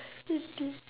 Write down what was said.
idiot